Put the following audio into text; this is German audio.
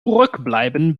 zurückbleiben